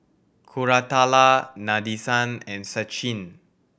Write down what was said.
Koratala Nadesan and Sachin